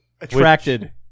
Attracted